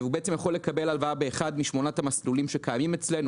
הוא יכול לקבל הלוואה באחד משמונת המסלולים שקיימים אצלנו,